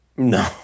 No